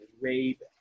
rape